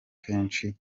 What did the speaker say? kenshi